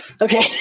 Okay